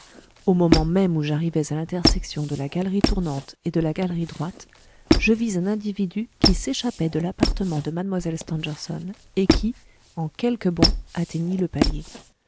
au moment même où j'arrivais à l'intersection de la galerie tournante et de la galerie droite je vis un individu qui s'échappait de l'appartement de mlle stangerson et qui en quelques bonds atteignit le palier